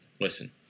Listen